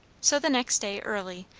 so the next day, early,